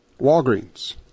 Walgreens